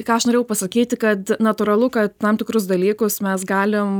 ką aš norėjau pasakyti kad natūralu kad tam tikrus dalykus mes galim